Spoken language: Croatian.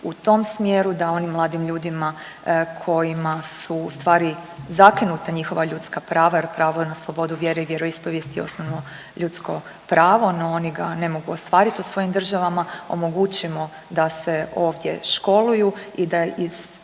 u tom smjeru da onim mladim ljudima kojima su ustvari zakinuta njihova ljudska prava jer pravo je na slobodu vjere i vjeroispovijesti osnovno ljudsko pravo, no oni ga ne mogu ostvariti u svojim državama omogućimo da se ovdje školuju i da iz